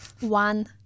one